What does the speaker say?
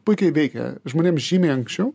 puikiai veikia žmonėm žymiai anksčiau